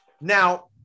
Now